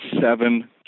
seven